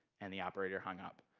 and the operator hung up.